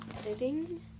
editing